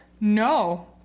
No